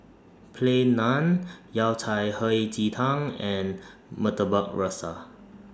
Plain Baan Yao Cai Hei Ji Tang and Murtabak Rusa